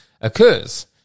occurs